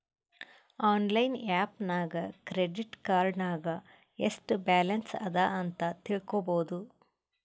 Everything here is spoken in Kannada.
ಆನ್ಲೈನ್ ಆ್ಯಪ್ ನಾಗ್ ಕ್ರೆಡಿಟ್ ಕಾರ್ಡ್ ನಾಗ್ ಎಸ್ಟ್ ಬ್ಯಾಲನ್ಸ್ ಅದಾ ಅಂತ್ ತಿಳ್ಕೊಬೋದು